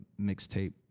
mixtape